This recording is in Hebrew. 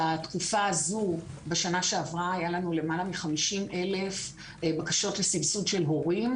בתקופה הזו בשנה שעברה היו לנו למעלה מ-50,000 בקשות לסבסוד של הורים,